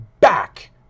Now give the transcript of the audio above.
back